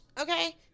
okay